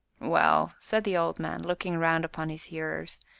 well, said the old man, looking round upon his hearers,